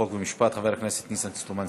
חוק ומשפט חבר הכנסת ניסן סלומינסקי.